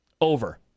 Over